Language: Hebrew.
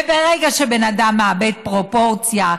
וברגע שבן אדם מאבד פרופורציה,